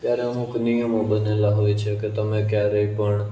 ત્યારે અમુક નિયમો બનેલા હોય છે કે તમે ક્યારેય પણ